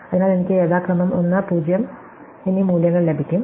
അതിനാൽ എനിക്ക് യഥാക്രമം 1 0 എന്നീ മൂല്യങ്ങൾ ലഭിക്കും